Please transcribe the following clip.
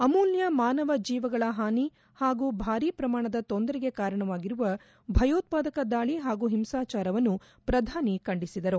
ಅಮೂಲ್ಲ ಮಾನವ ಜೀವಗಳ ಹಾನಿ ಹಾಗೂ ಭಾರಿ ಪ್ರಮಾಣದ ತೊಂದರೆಗೆ ಕಾರಣವಾಗಿರುವ ಭಯೋತ್ಪಾದಕ ದಾಳಿ ಹಾಗೂ ಹಿಂಸಾಚಾರವನ್ನು ಪ್ರಧಾನಿ ಖಂಡಿಸಿದರು